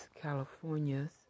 California's